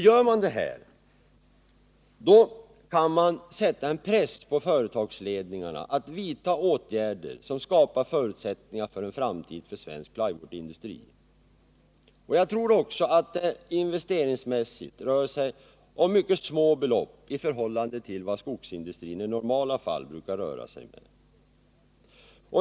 Gör man det här, kan man sätta en press på företagsledningarna att vidtaga åtgärder som skapar förutsättningar för en framtid för svensk plywoodindustri. Jag tror också att det investeringsmässigt rör sig om små belopp i förhållande till vad skogsindustrin i normala fall brukar röra sig med.